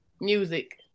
Music